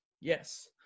Yes